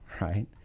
right